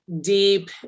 deep